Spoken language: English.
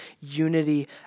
unity